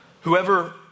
Whoever